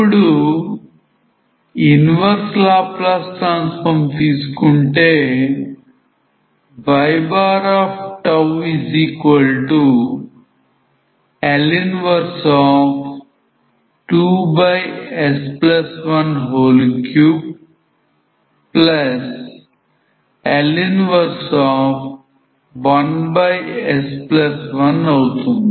ఇప్పుడు inverse Laplace transform తీసుకుంటే yL 12s13L 11s1అవుతుంది